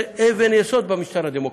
זה אבן יסוד במשטר הדמוקרטי.